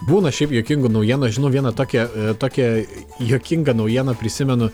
būna šiaip juokingų naujienų žinau vieną tokią tokią juokingą naujieną prisimenu